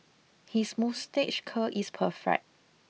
his moustache curl is perfect